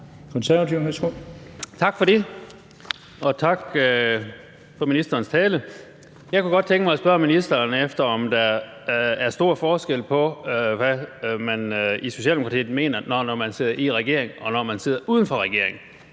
Tak for det, og tak for ministerens tale. Jeg kunne godt tænke mig at spørge ministeren, om der er stor forskel på, hvad man i Socialdemokratiet mener, når man sidder i regering, og når man sidder uden for regering.